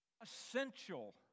essential